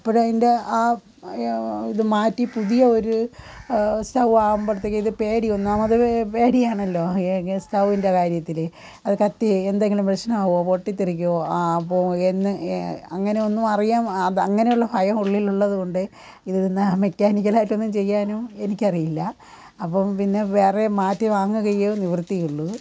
അപ്പോൾ അതിന്റെ ആ ഇതു മാറ്റി പുതിയൊരു സ്റ്റൗ ആകുമ്പോഴത്തേക്കും പേടി ഒന്നാമത് പേടിയാണല്ലോ സ്റ്റൗവിന്റെ കാര്യത്തിൽ അത് കത്തി എന്തെങ്കിലും പ്രശ്നാമോ പൊട്ടിത്തെറിക്കുകയോ ആ പോ എന്ന് അങ്ങനെയൊന്നും അറിയാൻ അത് അങ്ങനെ ഉള്ള ഭയം ഉള്ളിലുള്ളതു കൊണ്ട് ഇതിന്നു മെക്കാനിക്കല് ആയിട്ടൊന്നും ചെയ്യാനും എനിക്കറിയില്ല അപ്പം പിന്നെ വേറെ മാറ്റി വാങ്ങുകയേ നിവര്ത്തി ഉള്ളൂ